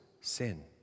sin